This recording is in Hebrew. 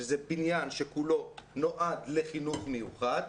שזה בניין שכולו נועד לחינוך מיוחד.